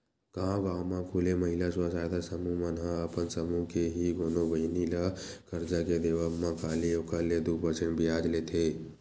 गांव गांव म खूले महिला स्व सहायता समूह मन ह अपन समूह के ही कोनो बहिनी ल करजा के देवब म खाली ओखर ले दू परसेंट बियाज लेथे